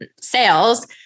sales